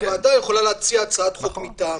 הוועדה יכולה להציע הצעת חוק מטעמה,